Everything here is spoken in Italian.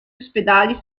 ospedali